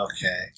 okay